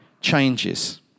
changes